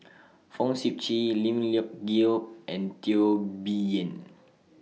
Fong Sip Chee Lim Leong Geok and Teo Bee Yen